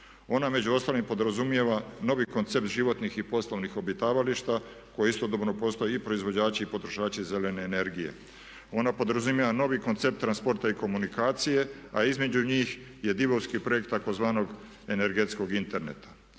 Ona među ostalim podrazumijeva novi koncept životnih i poslovnih obitavališta koja istodobno postoji i proizvođači i potrošači zelene energije. Ona podrazumijeva novi koncept transporta i komunikacije a između njih je divovski projekt tzv. Energetskog interneta.